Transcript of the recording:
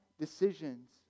decisions